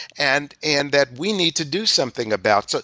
and and that we need to do something about. so